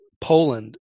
Poland